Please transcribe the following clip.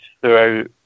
throughout